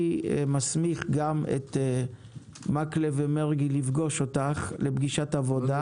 אני גם מסמיך את מקלב ומרגי לפגוש אותך לפגישת עבודה.